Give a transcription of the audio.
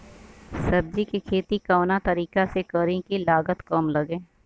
सब्जी के खेती कवना तरीका से करी की लागत काम लगे?